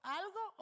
algo